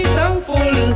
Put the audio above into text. thankful